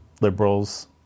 liberals